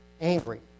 angry